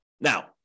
Now